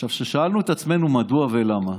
עכשיו, כששאלנו את עצמנו מדוע ולמה,